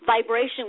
vibration